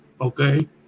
okay